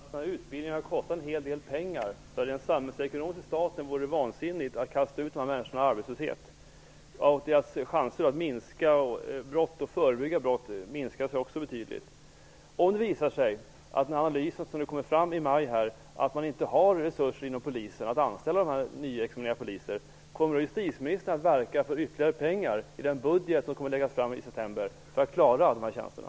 Fru talman! Den här utbildningen har ju kostat en hel del pengar, så rent samhällsekonomiskt för staten vore det vansinnigt att kasta ut de här människorna i arbetslöshet. Deras chanser att minska och förebygga brott minskas också betydligt. Om det visar sig i den analys som kommer nu i maj att man inte har resurser inom Polisen att anställa de här nyutexaminerade poliserna, kommer då justitieministern att verka för ytterligare pengar i den budget som kommer att läggas fram i september så att man kan klara de här tjänsterna?